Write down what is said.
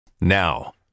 Now